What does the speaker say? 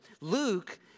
Luke